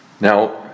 Now